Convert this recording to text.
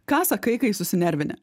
ką sakai kai susinervini